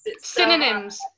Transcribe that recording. Synonyms